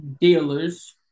dealers